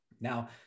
Now